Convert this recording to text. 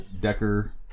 decker